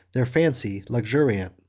their fancy luxuriant,